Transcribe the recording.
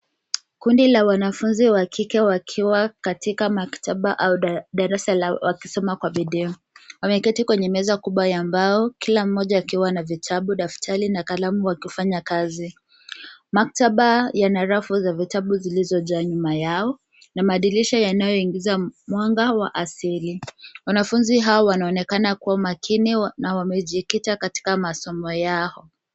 Kundi la wanafunzi wa kike wakiwa katika maktaba au darasa wakisoma kwa video. Wameketi kwenye meza kubwa ya mbao, kila mmoja akiwa na vitabu, daftari na kalamu wakifanya kazi. Maktaba yana rafu za vitabu zilizojaa nyuma yao na madirisha yanayoingiza mwanga wa asili. Wanafunzi hawa wanaonekana kuwa makini na wamejikita katika masomo yao.